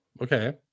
okay